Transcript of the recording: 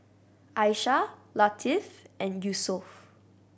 Aishah Latif and Yusuf